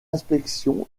inspection